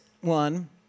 one